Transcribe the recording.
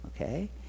okay